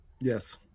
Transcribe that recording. Yes